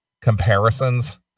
comparisons